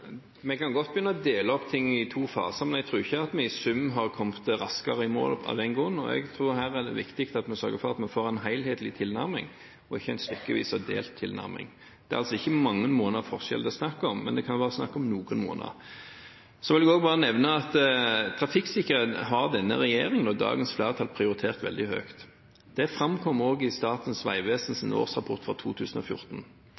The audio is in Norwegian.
Vi kan godt begynne å dele opp ting i to faser, men jeg tror ikke vi i sum kommer raskere i mål av den grunn. Jeg tror det er veldig viktig at vi her får en helhetlig, ikke en stykkevis og delt, tilnærming. Det er ikke mange måneders forskjell det er snakk om, men det kan være snakk om noen måneder. Så vil jeg også bare nevne at trafikksikkerhet har denne regjeringen og dagens flertall prioritert veldig høyt. Det framkommer også i Statens vegvesens årsrapport for 2014.